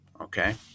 Okay